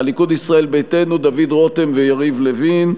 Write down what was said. הליכוד, ישראל ביתנו: דוד רותם ויריב לוין.